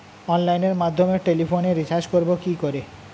অনলাইনের মাধ্যমে টেলিফোনে রিচার্জ করব কি করে?